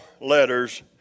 letters